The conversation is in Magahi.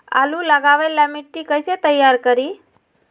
आलु लगावे ला मिट्टी कैसे तैयार करी?